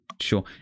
sure